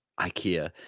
Ikea